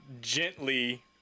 gently